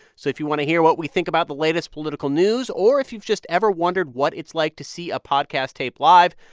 so if you want to hear what we think about the latest political news or if you've just ever wondered what it's like to see a podcast taped live,